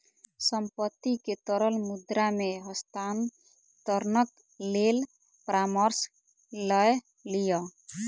संपत्ति के तरल मुद्रा मे हस्तांतरणक लेल परामर्श लय लिअ